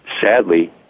sadly